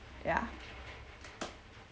ya